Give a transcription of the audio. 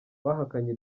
bahakanye